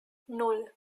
nan